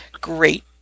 great